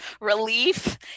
relief